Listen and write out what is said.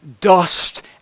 dust